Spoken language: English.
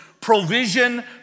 provision